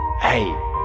Hey